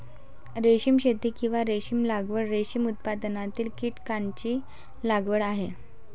रेशीम शेती, किंवा रेशीम लागवड, रेशीम उत्पादनातील कीटकांची लागवड आहे